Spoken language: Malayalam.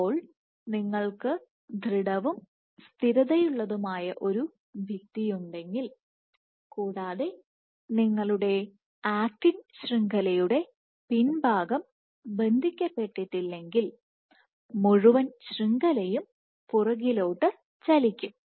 അപ്പോൾ നിങ്ങൾക്ക് ദൃഢവും സ്ഥിരതയുള്ളതുമായ ഒരു ഭിത്തിയുണ്ടെങ്കിൽ കൂടാതെ നിങ്ങളുടെ ആക്റ്റിൻ ശൃംഖലയുടെ പിൻഭാഗം ബന്ധിക്കപ്പെട്ടിട്ടില്ലെങ്കിൽ മുഴുവൻ ശൃംഖലയും പുറകിലോട്ട് ചലിക്കും